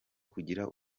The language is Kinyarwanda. kugira